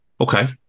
Okay